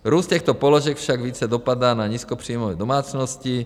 Růst těchto položek však více dopadá na nízkopříjmové domácnosti.